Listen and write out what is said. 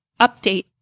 update